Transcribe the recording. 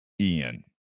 ian